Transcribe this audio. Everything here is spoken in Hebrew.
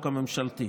הממשלתית.